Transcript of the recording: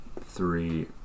three